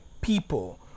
people